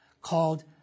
called